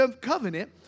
covenant